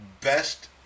best